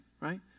Right